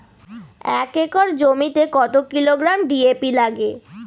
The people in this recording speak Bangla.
এক একর জমিতে কত কিলোগ্রাম ডি.এ.পি লাগে?